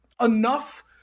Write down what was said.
enough